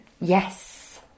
Yes